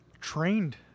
trained